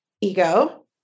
ego